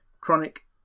chronic